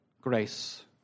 grace